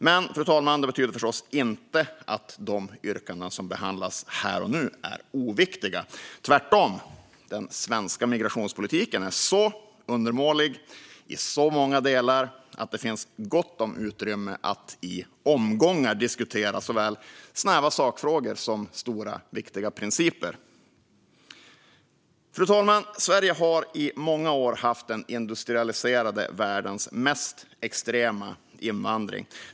Men, fru talman, det betyder förstås inte att de yrkanden som behandlas här och nu är oviktiga, tvärtom. Den svenska migrationspolitiken är så undermålig i så många delar att det finns gott om utrymme att i omgångar diskutera såväl snäva sakfrågor som stora, viktiga principer. Fru talman! Sverige har i många år haft den industrialiserade världens mest extrema invandring.